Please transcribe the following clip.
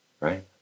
right